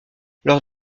lors